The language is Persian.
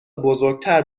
بزرگتر